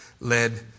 led